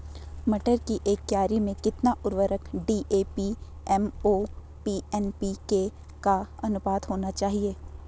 मटर की एक क्यारी में कितना उर्वरक डी.ए.पी एम.ओ.पी एन.पी.के का अनुपात होना चाहिए?